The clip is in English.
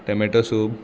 tomato soup